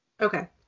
Okay